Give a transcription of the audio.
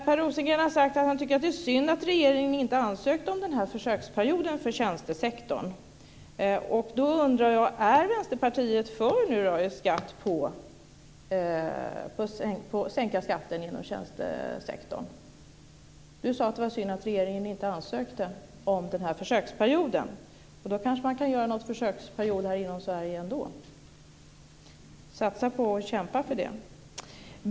Per Rosengren har sagt att han tycker att det är synd att regeringen inte har ansökt om försöksperioden för tjänstesektorn. Då undrar jag: Är Vänsterpartiet för att sänka skatten inom tjänstesektorn? Per Rosengren sade att det var synd regeringen inte ansökte om försöksperioden. Då kanske man ändå kan göra en försöksperiod inom Sverige, satsa på det och kämpa för det.